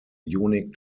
unique